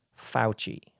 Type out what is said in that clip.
FAUCI